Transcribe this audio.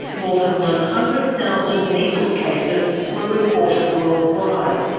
more than one hundred thousand measles cases were reported worldwide,